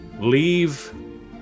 leave